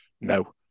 No